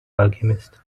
alchemist